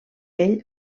ell